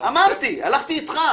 הלכתי איתך.